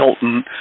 Hilton